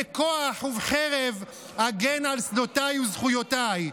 בכוח ובחרב אגן על שדותיי וזכויותיי.